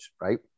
Right